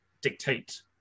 dictate